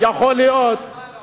אולי במפלגה שלך לא עונים.